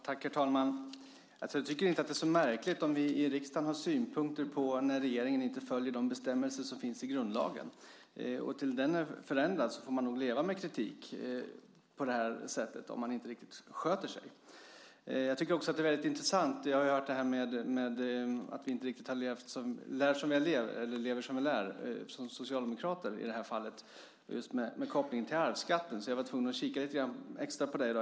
Herr talman! Jag tycker inte att det är så märkligt om vi i riksdagen har synpunkter när regeringen inte följer de bestämmelser som finns i grundlagen. Tills den förändras får man leva med kritik om man inte riktigt sköter sig. Jag tycker också att det är intressant att höra att vi inte riktigt har levt som vi lär, vi socialdemokrater, i det här fallet med kopplingen till arvsskatten. Jag var tvungen att kika lite extra på det.